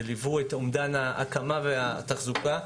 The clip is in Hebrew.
והם ליוו את אומדן ההקמה והתחזוקה.